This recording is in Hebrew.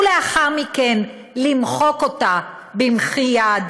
ולאחר מכן למחוק אותה במחי יד